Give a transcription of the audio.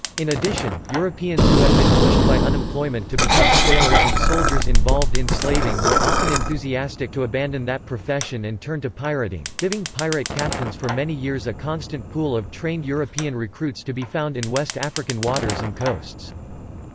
in addition, europeans who had been pushed by unemployment to become sailors and soldiers involved in slaving were often enthusiastic to abandon that profession and turn to pirating, giving pirate captains for many years a constant pool of trained european recruits to be found in west african waters and coasts.